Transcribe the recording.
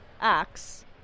acts